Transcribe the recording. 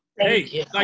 hey